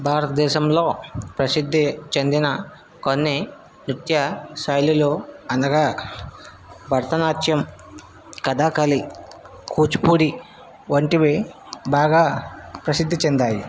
భారతదేశంలో ప్రసిద్ధి చెందిన కొన్ని నృత్య శైలులు అనగా భరతనాట్యం కథాకళి కూచిపూడి వంటివి బాగా ప్రసిద్ధి చెందాయి